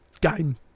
game